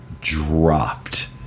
dropped